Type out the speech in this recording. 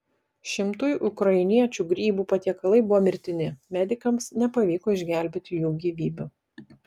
šimtui ukrainiečių grybų patiekalai buvo mirtini medikams nepavyko išgelbėti jų gyvybių